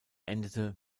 endete